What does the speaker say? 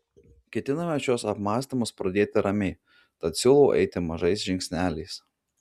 ketiname šiuos apmąstymus pradėti ramiai tad siūlau eiti mažais žingsneliais